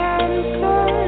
answer